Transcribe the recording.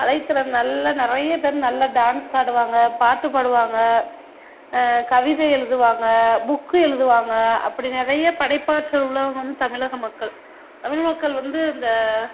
கலைத்திறன் நல்லா நிறைய பேர் நல்லா டான்ஸ் ஆடுவாங்க பாட்டுப் பாடுவாங்க கவிதை எழுதுவாங்க புக்கு எழுதுவாங்க அப்படி நிறைய படைப்பாற்றல் உள்ளவங்க வந்து தமிழக மக்கள் தமிழ் மக்கள் வந்து இந்த